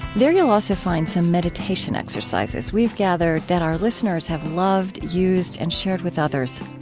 there, you'll also find some meditation exercises we've gathered that our listeners have loved, used, and shared with others.